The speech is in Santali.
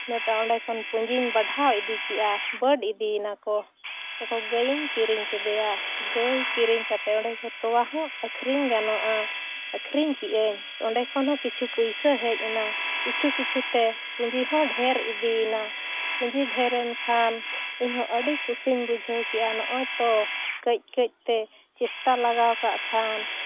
ᱤᱱᱟᱹᱛᱮ ᱚᱸᱰᱮ ᱠᱷᱚᱱ ᱯᱩᱸᱡᱤᱧ ᱵᱟᱰᱷᱟᱣ ᱤᱫᱤ ᱠᱮᱜᱼᱟ ᱵᱟᱹᱰ ᱤᱫᱤᱭᱮᱱᱟ ᱠᱚ ᱚᱱᱟ ᱠᱷᱚᱱ ᱜᱟᱹᱭᱤᱧ ᱠᱤᱨᱤᱧ ᱠᱮᱫᱮᱭᱟ ᱜᱟᱹᱭ ᱠᱤᱨᱤᱧ ᱠᱟᱛᱮ ᱚᱸᱰᱮ ᱠᱷᱚᱡ ᱛᱚᱣᱟ ᱦᱚᱸ ᱟᱹᱠᱷᱨᱤᱧ ᱜᱟᱱᱚᱜᱼᱟ ᱟᱹᱠᱷᱨᱤᱧ ᱠᱮᱜᱼᱟᱹᱧ ᱚᱸᱰᱮ ᱠᱷᱚᱱ ᱦᱚᱸ ᱠᱤᱪᱷᱩ ᱯᱩᱭᱥᱟᱹ ᱦᱮᱡᱽ ᱮᱱᱟ ᱠᱤᱪᱷᱩ ᱠᱤᱪᱷᱩ ᱛᱮ ᱯᱩᱸᱡᱤ ᱦᱚᱸ ᱰᱷᱮᱨ ᱤᱫᱤᱭᱮᱱᱟ ᱯᱩᱸᱡᱤ ᱰᱷᱮᱨᱮᱱ ᱠᱷᱟᱱ ᱤᱧ ᱦᱚᱸ ᱟᱹᱰᱤ ᱠᱩᱥᱤᱧ ᱵᱩᱡᱷᱟᱹᱣ ᱠᱮᱜᱼᱟ ᱱᱚᱜᱼᱚᱸᱭ ᱛᱮ ᱠᱟᱹᱡᱼᱠᱟᱹᱡ ᱛᱮ ᱪᱮᱥᱴᱟ ᱞᱟᱜᱟᱣ ᱠᱟᱜ ᱠᱷᱟᱱ